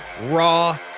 raw